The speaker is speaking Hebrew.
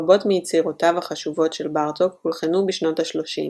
רבות מיצירותיו החשובות של בארטוק הולחנו בשנות השלושים,